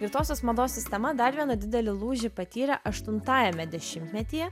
greitosios mados sistema dar vieną didelį lūžį patyrė aštuntajame dešimtmetyje